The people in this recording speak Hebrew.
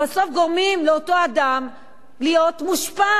גורמת לאותו אדם להיות מושפל,